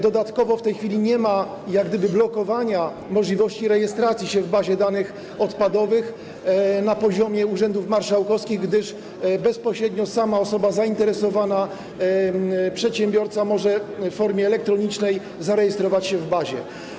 Dodatkowo w tej chwili nie ma blokowania możliwości rejestracji w bazie danych odpadowych na poziomie urzędów marszałkowskich, gdyż bezpośrednio osoba zainteresowana, przedsiębiorca, może w formie elektronicznej zarejestrować się w bazie.